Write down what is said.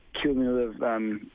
Cumulative